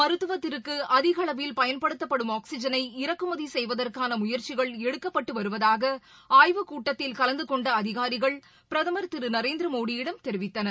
மருத்துவத்திற்கு அதிகளவில் பயன்படுத்தப்படும் ஆக்ஸிஐனை இறக்குமதி செய்வதற்கான முயற்சிகள் எடுக்கப்பட்டு வருவதாக ஆய்வுக் கூட்டத்தில் கலந்து கொண்ட அதிகாரிகள் பிரதமர் திரு நரேந்திர மோடியிடம் தெரிவித்தனர்